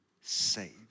saved